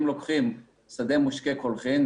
אם לוקחים שדה מושקה קולחין,